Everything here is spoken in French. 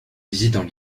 visitant